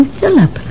Philip